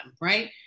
Right